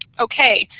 okay,